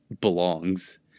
belongs